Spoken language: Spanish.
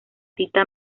tita